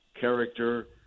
character